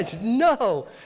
No